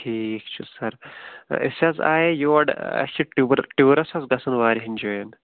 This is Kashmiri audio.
ٹھیٖک چھُ سر أسۍ حظ آیے یور اَسہِ چھِ ٹیوٗر ٹیوٗرس حظ گَژھُن وارِیاہن جاین